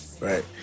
right